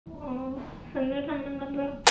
अ सोंनो थांनांगोन र'